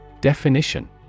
Definition